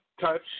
touch